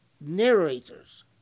narrators